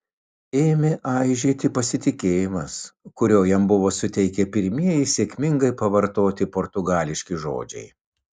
ėmė aižėti pasitikėjimas kurio jam buvo suteikę pirmieji sėkmingai pavartoti portugališki žodžiai